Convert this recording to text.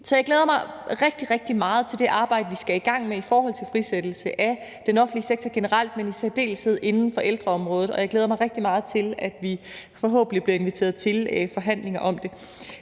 Så jeg glæder mig rigtig, rigtig meget til det arbejde, vi skal i gang med i forhold til frisættelse af den offentlige sektor generelt, men i særdeleshed inden for ældreområdet, og jeg glæder mig rigtig meget til, at vi forhåbentlig bliver inviteret til forhandlinger om det.